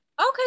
Okay